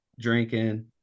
drinking